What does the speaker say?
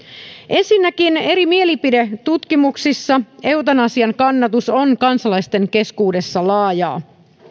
ensinnäkin eri mielipidetutkimuksissa eutanasian kannatus on kansalaisten keskuudessa laajaa